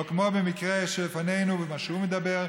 או כמו במקרה שלפנינו" מה שהוא מדבר,